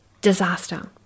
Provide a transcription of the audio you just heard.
Disaster